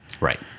Right